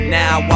now